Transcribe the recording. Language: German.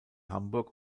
hamburg